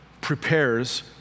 prepares